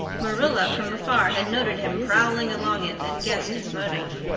marilla from afar had noted him prowling along it and guessed his motive.